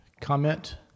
comment